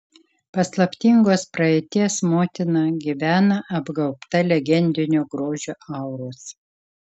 paslaptingos praeities motina gyvena apgaubta legendinio grožio auros